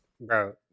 Bro